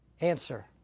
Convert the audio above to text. Answer